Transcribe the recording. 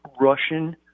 Russian